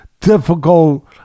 difficult